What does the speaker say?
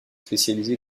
spécialisé